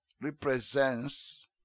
represents